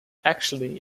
actually